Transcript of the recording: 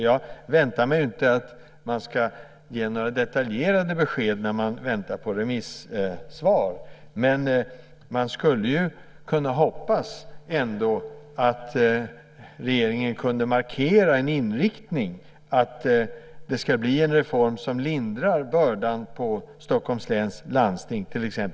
Jag väntar mig inte några detaljerade besked när regeringen väntar på remissvar, men man skulle kunna hoppas att regeringen kunde markera en inriktning, att det ska bli en reform som lindrar bördan för Stockholms läns landsting.